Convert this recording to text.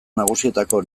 nagusietako